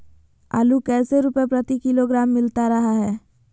आलू कैसे रुपए प्रति किलोग्राम मिलता रहा है?